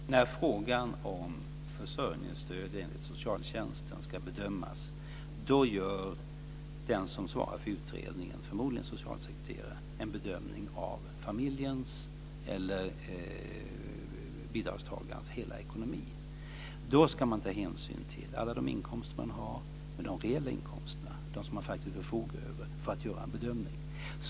Fru talman! När frågan om försörjningsstöd enligt socialtjänstlagen ska bedömas gör den som svarar för utredningen - förmodligen en socialsekreterare - en bedömning av familjens eller bidragstagarens hela ekonomi. Då ska hänsyn tas till alla de reella inkomster som man har och faktiskt förfogar över.